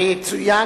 ויצוין,